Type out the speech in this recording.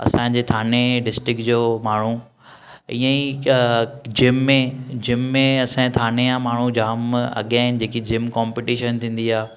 असां जे थाने डिस्टिक जो माण्हू इएं ई जिम में जिम में असां जे थाने जा माण्हू जाम अॻियां आहिनि जेके जिम कॉम्पटिशन थींदी आहे